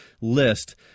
list